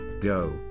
go